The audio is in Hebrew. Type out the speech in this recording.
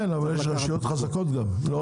כן, אבל יש רשויות חזקות גם לא?